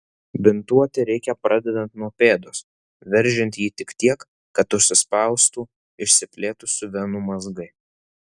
bintuoti reikia pradedant nuo pėdos veržiant jį tik tiek kad užsispaustų išsiplėtusių venų mazgai